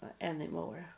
anymore